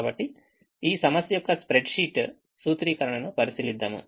కాబట్టి ఈ సమస్య యొక్క స్ప్రెడ్ షీట్ సూత్రీకరణను పరిశీలిద్దాము